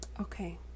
Okay